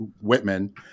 Whitman